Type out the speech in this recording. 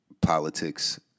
politics